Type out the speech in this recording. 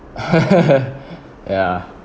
ya